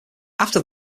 after